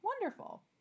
Wonderful